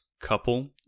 couple